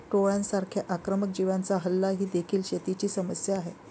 टोळांसारख्या आक्रमक जीवांचा हल्ला ही देखील शेतीची समस्या आहे